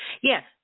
Yes